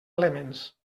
elements